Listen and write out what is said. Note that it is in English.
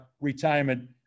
retirement